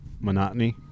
Monotony